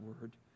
word